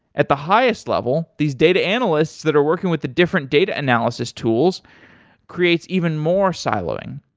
at the highest level, these data analysts that are working with the different data analysis tools creates even more siloing.